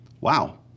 Wow